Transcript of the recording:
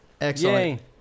excellent